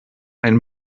ein